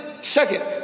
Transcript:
second